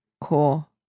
Cool